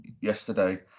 yesterday